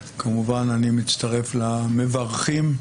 שבהם אנחנו נוהגים להקדיש את הישיבה הראשונה תמיד לדברי פתיחה,